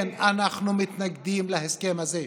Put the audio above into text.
כן, אנחנו מתנגדים להסכם הזה,